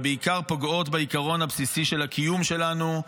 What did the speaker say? ובעיקר פוגעות בעיקרון הבסיסי של הקיום שלנו,